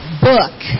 book